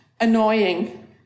annoying